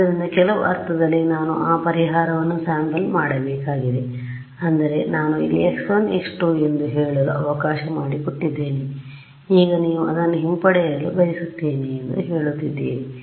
ಆದ್ದರಿಂದ ಕೆಲವು ಅರ್ಥದಲ್ಲಿ ನಾನು ಆ ಪರಿಹಾರವನ್ನು ಸ್ಯಾಂಪಲ್ ಮಾಡಬೇಕಾಗಿದೆ ಅಂದರೆ ನಾನು ಇಲ್ಲಿ x1 x2 ಎಂದು ಹೇಳಲು ಅವಕಾಶ ಮಾಡಿಕೊಟ್ಟಿದ್ದೇನೆ ಈಗ ನೀವು ಇದನ್ನು ಹಿಂಪಡೆಯಲು ಬಯಸುತ್ತೇನೆ ಎಂದು ಹೇಳುತ್ತಿದ್ದೀರಿ